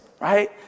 right